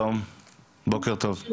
בוקר טוב,